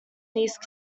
these